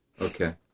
Okay